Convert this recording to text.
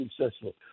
successful